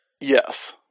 Yes